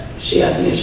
she hasn't